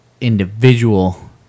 individual